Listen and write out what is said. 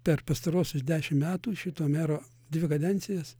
per pastaruosius dešim metų šito mero dvi kadencijas